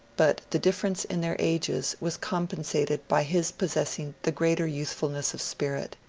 but the difference in their ages was compensated by his possessing the greater youthful ness of spirit.